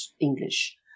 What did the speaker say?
English